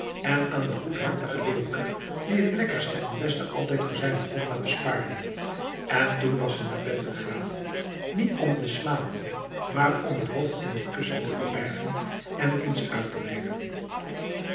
en aan den goedhartigen leeuwke die het lekkerste en beste altijd voor zijne gonda bespaarde en toen was ze naar bed gegaan niet om te slapen maar om het hoofd in een kussen te verbergen en eens uit te weenen